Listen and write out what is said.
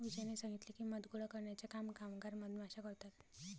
विजयने सांगितले की, मध गोळा करण्याचे काम कामगार मधमाश्या करतात